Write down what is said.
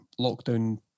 lockdown